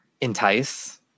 entice